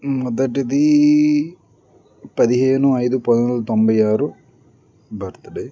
మొదటిదీ పదిహేను ఐదు పదిహేను పంతొమ్మిది వందల తొంభై ఆరు బర్త్ డే